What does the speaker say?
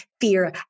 fear